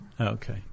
Okay